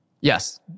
Yes